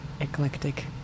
eclectic